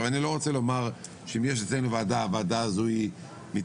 אני לא רוצה לומר שאם יש אצלנו ועדה הוועדה הזו מתנהגת,